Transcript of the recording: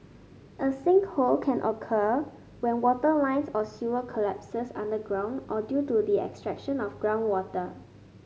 a sinkhole can occur when water lines or sewer collapses underground or due to the extraction of groundwater